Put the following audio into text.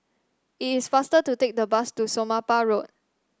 it is faster to take the bus to Somapah Road